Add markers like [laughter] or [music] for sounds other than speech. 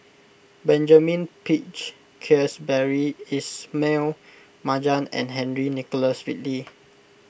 Benjamin Peach Keasberry Ismail Marjan and Henry Nicholas Ridley [noise]